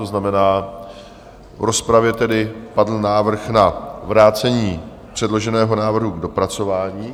To znamená, v rozpravě tedy padl návrh na vrácení předloženého návrhu k dopracování.